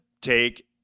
take